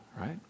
right